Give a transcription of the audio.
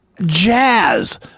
jazz